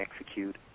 execute